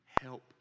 Help